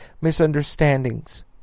misunderstandings